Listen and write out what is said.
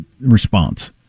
response